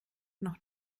noch